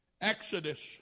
Exodus